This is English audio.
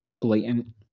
blatant